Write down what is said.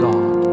God